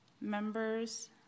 Members